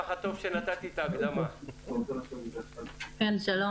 שלום.